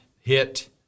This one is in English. hit